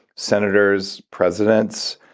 senators, presidents.